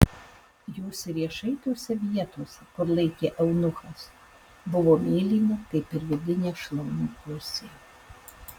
jos riešai tose vietose kur laikė eunuchas buvo mėlyni kaip ir vidinė šlaunų pusė